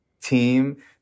team